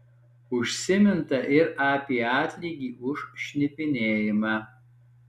užsiminta ir apie atlygį už šnipinėjimą